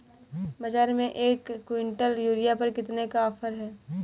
बाज़ार में एक किवंटल यूरिया पर कितने का ऑफ़र है?